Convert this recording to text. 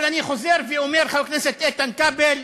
אבל אני חוזר ואומר, חבר הכנסת איתן כבל,